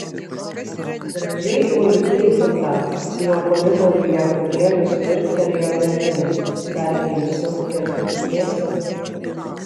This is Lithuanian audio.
gražiai ulbi juta jau koridoriuje gabrielius mirktelėjo merginai dar imsiu ir patikėsiu